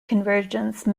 convergence